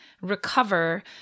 recover